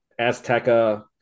Azteca